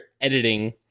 editing